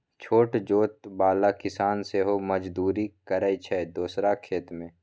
छोट जोत बला किसान सेहो मजदुरी करय छै दोसरा खेत मे